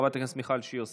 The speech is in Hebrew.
חברת הכנסת מיכל שיר סגמן,